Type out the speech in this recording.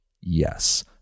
yes